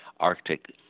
Arctic